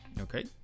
okay